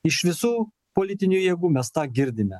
iš visų politinių jėgų mes tą girdime